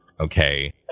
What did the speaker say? okay